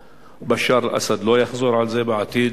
בשאר אסד לא יחזור על זה בעתיד.